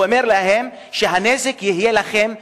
הוא אומר להם שהנזק יהיה להם אישית,